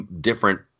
different